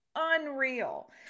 unreal